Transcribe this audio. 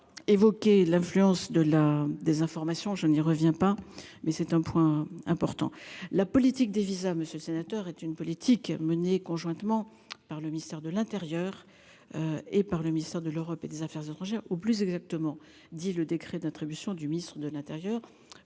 avez. Évoqué l'influence de la désinformation, je n'y reviens pas, mais c'est un point important, la politique des visas. Monsieur le sénateur est une politique menée conjointement par le ministère de l'Intérieur. Et par le ministère de l'Europe et des Affaires étrangères ou plus exactement, dit le décret d'attribution du Ministre de l'intérieur